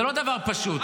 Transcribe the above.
זה לא דבר פשוט.